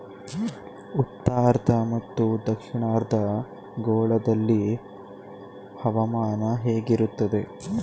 ಉತ್ತರಾರ್ಧ ಮತ್ತು ದಕ್ಷಿಣಾರ್ಧ ಗೋಳದಲ್ಲಿ ಹವಾಮಾನ ಹೇಗಿರುತ್ತದೆ?